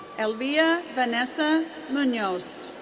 elvia vanessa munoz.